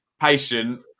patient